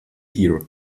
here